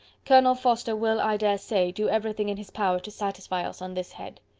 colonel forster will, i dare say, do everything in his power to satisfy us on this head.